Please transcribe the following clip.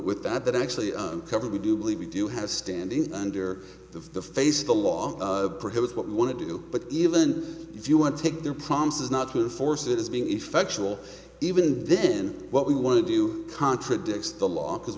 with that that actually covered we do believe we do have standing under the face of the law prohibits what we want to do but even if you want to take their promises not to force it is being effectual even then what we want to do contradicts the law because